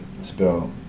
spell